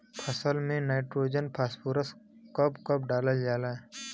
फसल में nitrogen phosphorus कब कब डालल जाला?